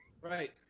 Right